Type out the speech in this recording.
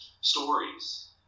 stories